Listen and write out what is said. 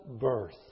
birth